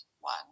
one